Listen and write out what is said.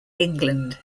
england